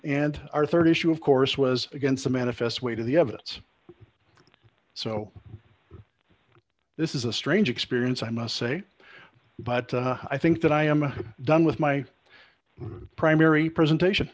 and our rd issue of course was against the manifest weight of the evidence so this is a strange experience i must say but i think that i am done with my primary presentation